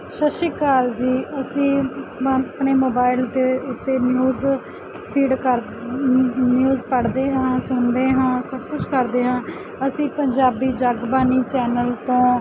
ਸਤਿ ਸ਼੍ਰੀ ਅਕਾਲ ਜੀ ਅਸੀਂ ਮੈਂ ਆਪਣੇ ਮੋਬਾਈਲ ਦੇ ਉੱਤੇ ਨਿਊਜ਼ ਫੀਡ ਕਰ ਨਿਊਜ਼ ਪੜ੍ਹਦੇ ਹਾਂ ਸੁਣਦੇ ਹਾਂ ਸਭ ਕੁਝ ਕਰਦੇ ਹਾਂ ਅਸੀਂ ਪੰਜਾਬੀ ਜਗਬਾਣੀ ਚੈਨਲ ਤੋਂ